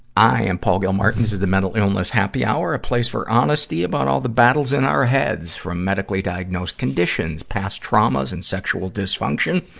i am paul gilmartin. this is the mental illness happy hour a place for honesty about all the battles in our heads, from medically-diagnosed conditions, past traumas and sexual dysfunction,